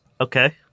Okay